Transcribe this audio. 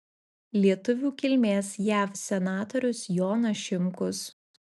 lietuvių kilmės jav senatorius jonas šimkus